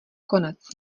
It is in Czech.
konec